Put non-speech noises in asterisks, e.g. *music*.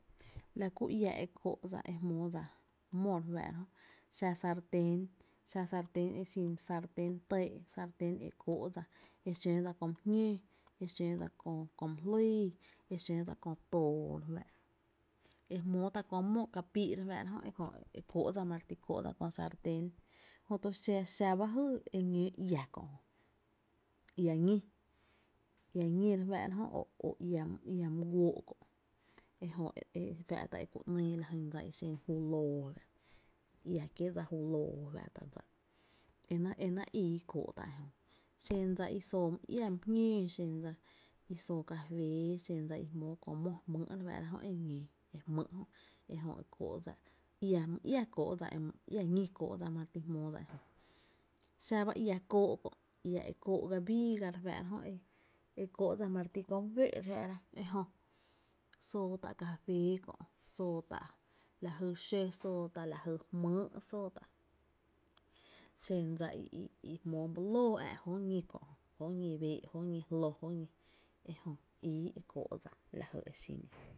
La ku iä e kóó’ dsa e jmóó dsa mó re fáá’ra jö, xa sarten, xa sarten e xin sartén tɇɇ’, sartén e kóó’ dsa e xöö dsa kö mý jñóo, e xöö dsa kö my jlýy, e xöö dsa kö too, e jmóo tá’ kö mó kapii’ re fáá’ra jö, e kóó’ dsa ma re kóó’ dsa kö sarten, jö to xa ba jý e ñóó iá kö’, iá ñí, iá ñí re fáá’ra jö o iá *hesitation* iá my guóó’ kö’ e ku ‘nyy la jyn dsa i xen julöö, ia kiee’ dsa ju löö fá’ tá’ dsa e náá’ *hesitation* e náá’ ii kóo´’ tá’ ejö, xen dsa i soo mý iá my jñóo xen dsa i soo cafee, xen dsa i jmóo kö mó jmýy’ re fáá’ra jö e ñǿǿ, ejö e kóó’ dsa my iá ñí kóó’ dsa e ma re ti e jmóo dsa ejö, xá ba iá kóó’ kö’ ia e kóó’ ga bii ga re fáá’ra jö, ekóó’ dsa ma re ti kö my féé’ re fáá’ra ejö sóo tá’ café kö’, sóo ta’ lajy xö, la jy jmýy’ sóo tá’, xen dsa i *hesitation* i jmóo my löö ä’ jo ñí kö’, jó ñi bee’ jó ñí jló jö ñí, ejö ii e kóó’ dsa lajy e xin ejö.